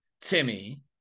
Timmy